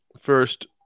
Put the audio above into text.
First